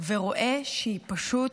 ורואה שהיא פשוט